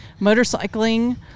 motorcycling